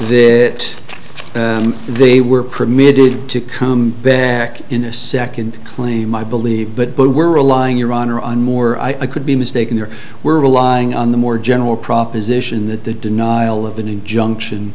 that they were permitted to come back in a second claim i believe but both were relying your honor on more i could be mistaken there were relying on the more general proposition that the denial of an injunction